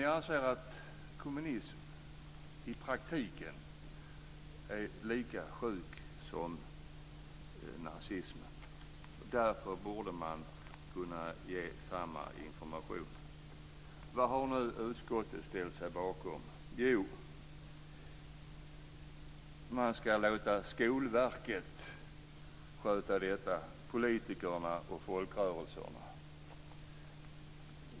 Jag anser att kommunism i praktiken är lika sjuk som nazism, och därför borde man kunna ge liknande information. Vad har nu utskottet ställt sig bakom? Jo, man ska låta Skolverket, politikerna och folkrörelserna sköta detta.